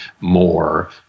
more